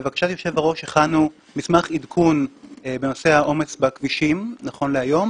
לבקשת יושב הראש הכנו מסמך עדכון בנושא העומס בכבישים נכון להיום,